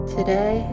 Today